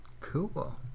Cool